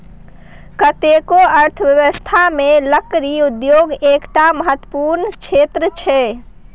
कतेको अर्थव्यवस्थामे लकड़ी उद्योग एकटा महत्वपूर्ण क्षेत्र छै